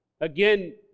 Again